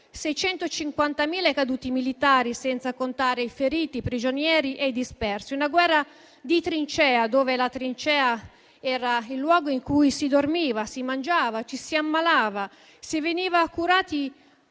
stati i caduti militari, senza contare i feriti, i prigionieri e i dispersi. Fu una guerra di trincea, dove la trincea era il luogo in cui si dormiva, si mangiava, ci si ammalava, si veniva curati